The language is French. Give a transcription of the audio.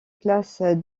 classe